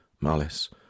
malice